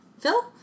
Phil